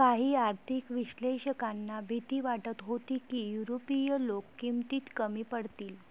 काही आर्थिक विश्लेषकांना भीती वाटत होती की युरोपीय लोक किमतीत कमी पडतील